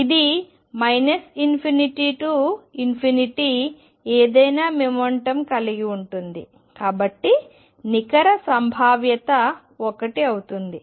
ఇది ∞ నుండి ఏదైనా మొమెంటం కలిగి ఉంటుంది కాబట్టి నికర సంభావ్యత 1 అవుతుంది